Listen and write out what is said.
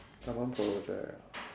government project ah